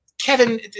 Kevin